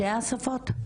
בשתי השפות?